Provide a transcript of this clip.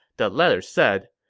the letter said,